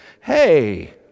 hey